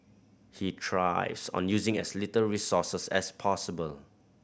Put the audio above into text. he thrives on using as little resources as possible